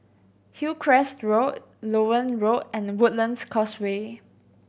Hillcrest Road Loewen Road and Woodlands Causeway